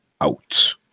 out